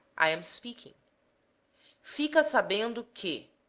i am speaking fica sabendo que a,